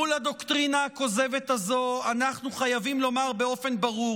מול הדוקטרינה הכוזבת הזו אנחנו חייבים לומר באופן ברור